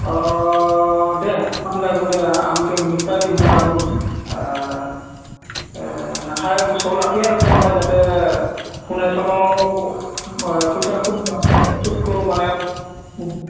अ दे होमब्ला जागोन दे आं बेंकनिफ्राय दिहुनना लाबोगोन ओ नाथाय गोसोआव लाखि आरो फंबाय जाहाथे होनाय समाव ओ फैसाखौ सबखौ माने अ